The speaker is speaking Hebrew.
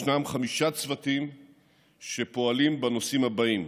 יש חמישה צוותים שפועלים בנושאים אלה: